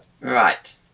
right